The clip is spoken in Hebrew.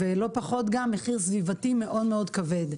ולא פחות גם מחיר סביבתי מאוד מאוד כבד.